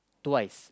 twice